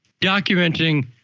documenting